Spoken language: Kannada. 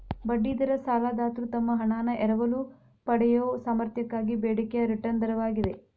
ಬಡ್ಡಿ ದರ ಸಾಲದಾತ್ರು ತಮ್ಮ ಹಣಾನ ಎರವಲು ಪಡೆಯಯೊ ಸಾಮರ್ಥ್ಯಕ್ಕಾಗಿ ಬೇಡಿಕೆಯ ರಿಟರ್ನ್ ದರವಾಗಿದೆ